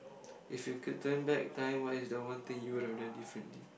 if you could turn back time what is the one thing you would have done differently